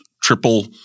triple